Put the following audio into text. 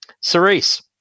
Cerise